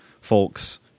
folks